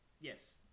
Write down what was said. Yes